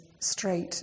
straight